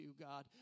God